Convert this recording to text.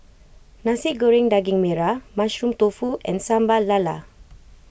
Nasi Goreng Daging Merah Mushroom Tofu and Sambal Lala